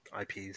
IPs